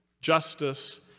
justice